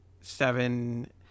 seven